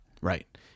Right